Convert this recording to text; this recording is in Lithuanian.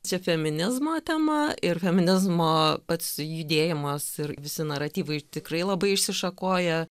čia feminizmo tema ir feminizmo pats judėjimas ir visi naratyvai tikrai labai išsišakoja